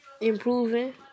improving